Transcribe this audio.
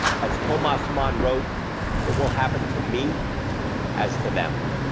as thomas mann wrote it will happen to me as to them.